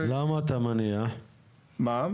למה אתה מניח ככה?